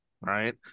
right